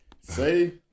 say